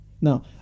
Now